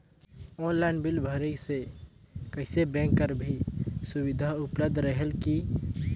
Online bill भरे से कइसे बैंक कर भी सुविधा उपलब्ध रेहेल की?